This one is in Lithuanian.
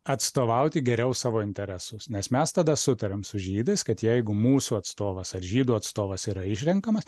atstovauti geriau savo interesus nes mes tada sutariam su žydais kad jeigu mūsų atstovas ar žydų atstovas yra išrenkamas